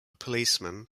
policeman